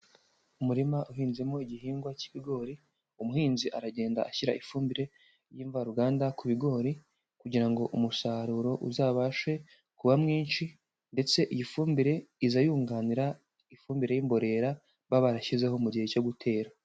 Umurima uhinzemo igihingwa cy'ibigori, umuhinzi aragenda ashyira ifumbire y'imvaruganda ku bigori, kugira ngo umusaruro uzabashe kuba mwinshi, ndetse iyi fumbire iza yunganira ifumbire y'imborera baba barashyizeho, mu gihe cyo gutera.